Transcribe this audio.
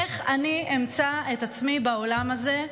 איך אני אמצא את עצמי בעולם הזה?